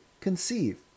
conceive